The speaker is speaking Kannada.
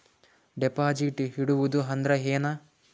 ಡೆಪಾಜಿಟ್ ಇಡುವುದು ಅಂದ್ರ ಏನ?